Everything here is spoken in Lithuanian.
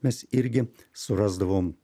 mes irgi surasdavom